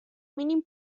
mínim